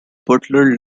butler